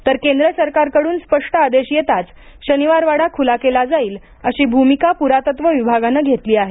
तर केंद्र सरकारकडून स्पष्ट आदेश येताच शनिवारवाडा खुला केला जाईल अशी भूमिका पुरातत्व विभागानं घेतली आहे